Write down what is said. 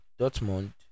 Dortmund